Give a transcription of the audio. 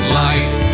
light